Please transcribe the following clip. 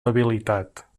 debilitat